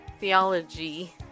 theology